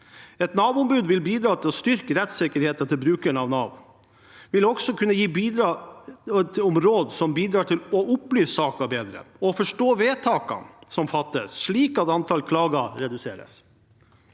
Et Nav-ombud vil bidra til å styrke rettssikkerheten til brukerne av Nav. Det vil også kunne gi råd som bidrar til å opplyse saker bedre og forstå vedtakene som fattes, slik at antallet klager reduseres.